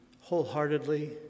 wholeheartedly